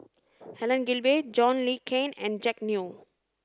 Helen Gilbey John Le Cain and Jack Neo